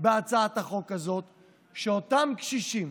בהצעת החוק הזאת הוא שאותם קשישים,